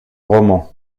roman